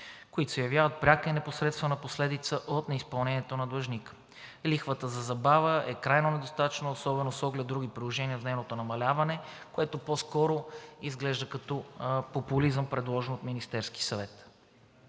които се явяват пряка и непосредствена последица от неизпълнението на длъжника. Лихвата за забава е крайно недостатъчна, особено с оглед други приложения от нейното намаляване, което по-скоро изглежда като популизъм, предложен от Министерски съвет.